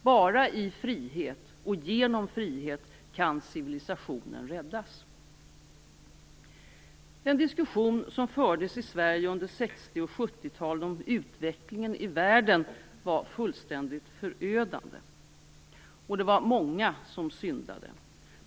Bara i frihet och genom frihet kan civilisationen räddas. Den diskussion som fördes i Sverige under 60 och 70-talen om utvecklingen i världen var fullständigt förödande, och det var många som syndade.